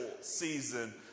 season